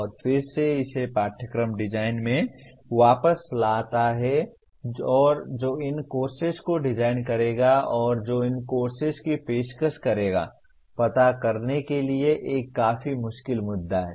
और फिर से इसे पाठ्यक्रम डिजाइन में वापस लाता है और जो इन कोर्सेस को डिजाइन करेगा और जो इन कोर्सेस की पेशकश करेगा पता करने के लिए एक काफी मुश्किल मुद्दा है